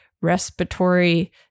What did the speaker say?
respiratory